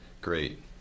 great